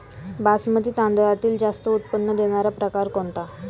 बासमती तांदळातील जास्त उत्पन्न देणारा प्रकार कोणता?